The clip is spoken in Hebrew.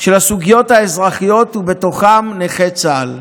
לסוגיות האזרחיות, ובתוכן נכי צה"ל.